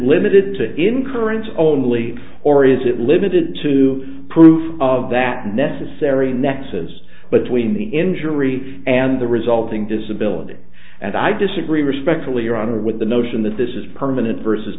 limited to encourage only or is it limited to proof of that necessary nexus between the injury and the resulting disability and i disagree respectfully your honor with the notion that this is permanent versus